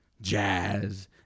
jazz